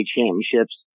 Championships